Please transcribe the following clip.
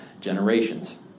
generations